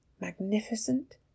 magnificent